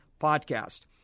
podcast